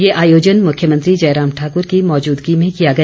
ये आयोजन मुख्यमंत्री जयराम ठाकर की मौजदगी में किया गया